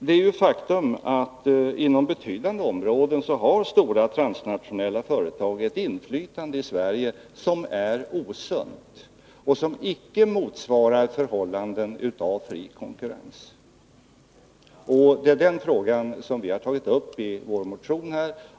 Det är ett faktum att stora transnationella företag inom betydande områden har ett inflytande i Sverige som är osunt och som icke motsvarar förhållanden av fri konkurrens. Det är denna fråga som vi har tagit upp i vår motion.